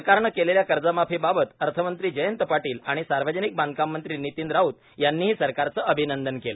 सरकारने केलेल्या कर्जमाफीबाबत अर्थमंत्री जयंत पाटील आणि सार्वजनिक बांधकाम मंत्री नितीन राऊत यांनीही सरकारचं अभिनंदन केलं